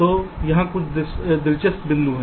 तो यहाँ कुछ दिलचस्प बिंदु हैं